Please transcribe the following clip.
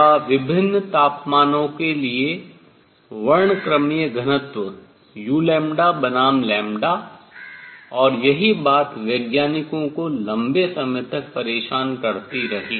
या विभिन्न तापमानों के लिए वर्णक्रमीय घनत्व u बनाम और यही बात वैज्ञानिकों को लंबे समय तक परेशान करती रही